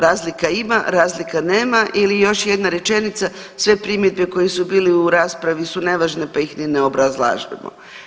Razlika ima, razlika nema ili još jedna rečenice, sve primjedbe koje su bile u raspravi su nevažne pa ih ni ne obrazlažemo.